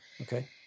Okay